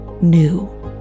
new